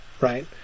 right